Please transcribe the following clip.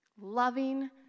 Loving